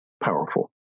powerful